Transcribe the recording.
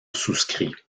souscrit